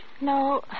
No